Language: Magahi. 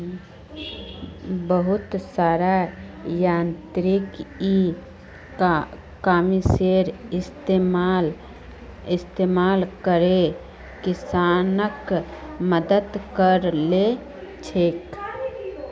बहुत सारा यांत्रिक इ कॉमर्सेर इस्तमाल करे किसानक मदद क र छेक